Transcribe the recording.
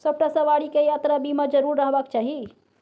सभटा सवारीकेँ यात्रा बीमा जरुर रहबाक चाही